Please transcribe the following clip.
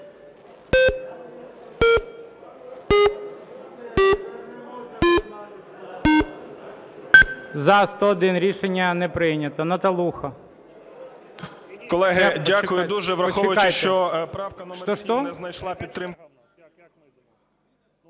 За-101 Рішення не прийнято. Наталуха.